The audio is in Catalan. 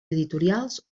editorials